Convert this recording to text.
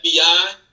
FBI